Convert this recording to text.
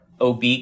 OB